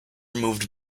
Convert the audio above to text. moved